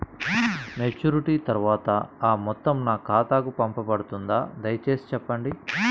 Maturity తర్వాత ఆ మొత్తం నా ఖాతాకు పంపబడుతుందా? దయచేసి చెప్పండి?